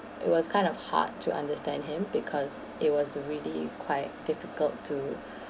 it was kind of hard to understand him because it was really quite difficult to